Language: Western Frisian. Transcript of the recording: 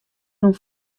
rûn